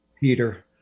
Peter